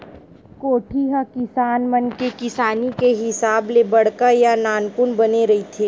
कोठी ह किसान मन के किसानी के हिसाब ले बड़का या नानकुन बने रहिथे